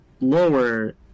lower